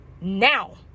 Now